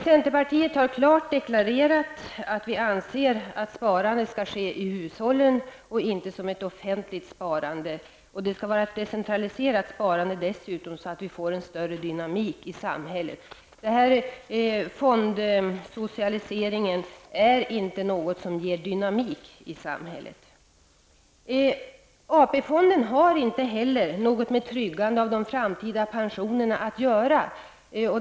Centerpartiet har klart deklarerat att vi anser att sparandet skall ske i hushållen och inte som ett offentligt sparande. Det skall dessutom vara ett decentraliserat sparande så att vi får en större dynamik i samhället. Den här fondsocialiseringen är inte något som ger dynamik i samhället. AP-fonden har inte heller något med tryggande av de framtidande pensionerna att göra.